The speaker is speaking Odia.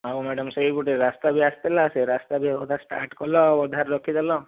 ହଁ ମ୍ୟାଡ଼ାମ ସେଇ ଗୋଟିଏ ଆଉ ରାସ୍ତାବି ଆସିଥିଲା ସେ ରାସ୍ତା ବି ଅଧା ଷ୍ଟାର୍ଟ କଲ ଆଉ ଅଧାରେ ରଖିଦେଲ